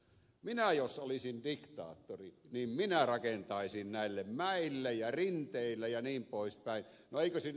minä jos olisin diktaattori niin minä rakentaisin näille mäille ja rinteille jnp